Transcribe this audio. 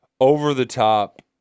over-the-top